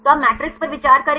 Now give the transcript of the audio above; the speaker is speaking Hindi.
तो आप मैट्रिक्स पर विचार करें